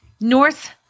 North